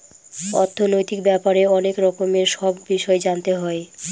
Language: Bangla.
অর্থনৈতিক ব্যাপারে অনেক রকমের সব বিষয় জানতে হয়